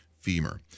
femur